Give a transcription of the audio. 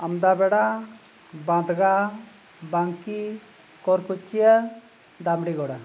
ᱟᱢᱫᱟ ᱵᱮᱲᱟ ᱵᱟᱸᱫᱽᱜᱟ ᱵᱟᱝᱠᱤ ᱠᱳᱨᱠᱩᱪᱤᱭᱟ ᱫᱟᱢᱲᱤᱜᱚᱲᱟ